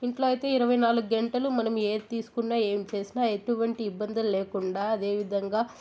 ఇంట్లో అయితే ఇరవై నాలుగు గంటలు మనం ఏది తీసుకున్న ఏం చేసినా ఎటువంటి ఇబ్బందులు లేకుండా అదేవిదంగా